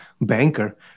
banker